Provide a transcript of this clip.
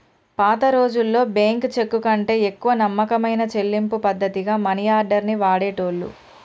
పాతరోజుల్లో బ్యేంకు చెక్కుకంటే ఎక్కువ నమ్మకమైన చెల్లింపు పద్ధతిగా మనియార్డర్ ని వాడేటోళ్ళు